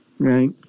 Right